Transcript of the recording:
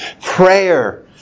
prayer